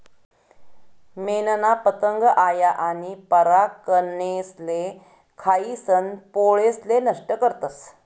मेनना पतंग आया आनी परागकनेसले खायीसन पोळेसले नष्ट करतस